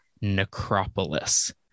Necropolis